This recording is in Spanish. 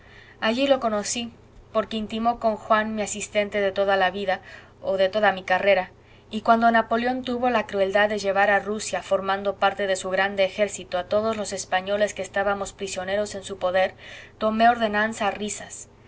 allí lo conocí porque intimó con juan mi asistente de toda la vida o de toda mi carrera y cuando napoleón tuvo la crueldad de llevar a rusia formando parte de su grande ejército a todos los españoles que estábamos prisioneros en su poder tomé de ordenanza a risas